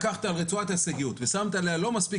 לקחת את רצועת הישגיות ולא שמת עליה מספיק